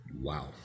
Wow